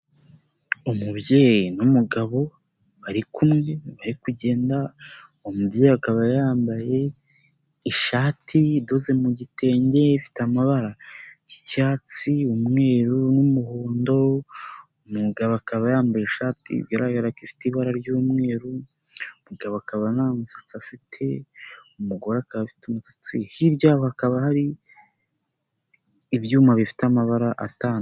Umubyeyi n'umugabo barikumwe bari kugenda, umubyeyi akaba yambaye ishati idoze mu gitenge ifite amabara y'icyatsi, umweru, n'umuhondo, umugabo akaba yambaye ishati iragaragara ko ifite ibara ry'umweru, umugabo akaba nta musatsi afite, umugore akaba afite umusatsi hirya ha bakaba hari ibyuma bifite amabara atandukanye.